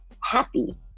happy